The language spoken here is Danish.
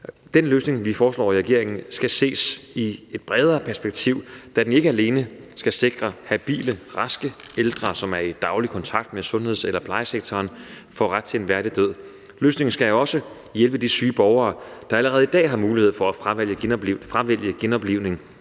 Den løsning, vi foreslår i regeringen, skal ses i et bredere perspektiv, da den ikke alene skal sikre, at habile raske ældre, som er i daglig kontakt med sundheds- eller plejesektoren, får ret til en værdig død. Løsningen skal også hjælpe de syge borgere, der allerede i dag har mulighed for at fravælge genoplivning.